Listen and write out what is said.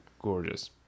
gorgeous